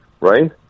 right